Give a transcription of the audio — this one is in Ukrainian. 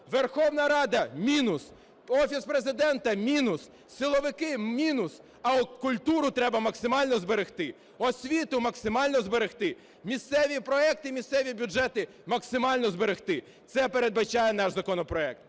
Верховна Рада – мінус, Офіс Президента – мінус, силовики – мінус, а от культуру треба максимально зберегти, освіту максимально зберегти, місцеві проекти і місцеві бюджети максимально зберегти. Це передбачає наш законопроект.